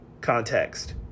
context